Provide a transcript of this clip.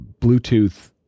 Bluetooth